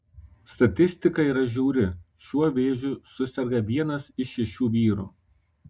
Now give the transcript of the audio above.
statistika yra žiauri šiuo vėžiu suserga vienas iš šešių vyrų